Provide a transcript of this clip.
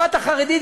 הבת החרדית,